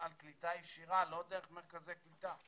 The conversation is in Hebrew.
על קליטה ישירה ולא דרך מרכזי קליטה.